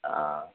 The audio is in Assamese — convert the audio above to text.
অঁ